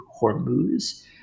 Hormuz